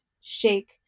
shake